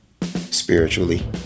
spiritually